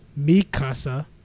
Mikasa